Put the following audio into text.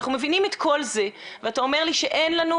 את כל זה אנחנו מבינים ואתה אומר לי שבעצם אין לנו